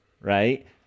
right